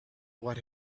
what